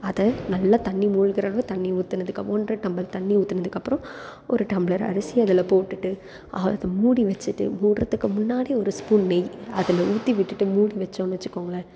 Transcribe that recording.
அதை நல்லா தண்ணி மூழ்கறளவு தண்ணி ஊற்றுனதுக்கு மூன்றரை டம்ளர் தண்ணி ஊத்துனதுக்கப்புறம் ஒரு டம்ளர் அரிசி அதில் போட்டுட்டு அதை மூடி வச்சுகிட்டு மூடுறதுக்கு முன்னாடி ஒரு ஸ்பூன் நெய் அதில் ஊற்றி விட்டுட்டு மூடி வச்சோம்னு வச்சுக்கோங்களேன்